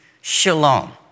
shalom